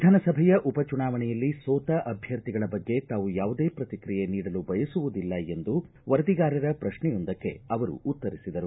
ವಿಧಾನಸಭೆಯ ಉಪಚುನಾವಣೆಯಲ್ಲಿ ಸೋತ ಅಭ್ಯರ್ಥಿಗಳ ಬಗ್ಗೆ ತಾವು ಯಾವುದೇ ಪ್ರತಿಕ್ರಿಯೆ ನೀಡಲು ಬಯಸುವುದಿಲ್ಲ ಎಂದು ವರದಿಗಾರರ ಪ್ರಕ್ಷೆಯೊಂದಕ್ಕೆ ಅವರು ಉತ್ತರಿಸಿದರು